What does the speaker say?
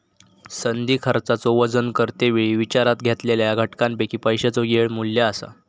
संधी खर्चाचो वजन करते वेळी विचारात घेतलेल्या घटकांपैकी पैशाचो येळ मू्ल्य असा